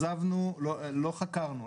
לא חקרנו.